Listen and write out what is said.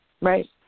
Right